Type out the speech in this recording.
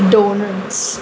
doughnuts